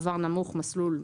(5)מעבר נמוך מסלול...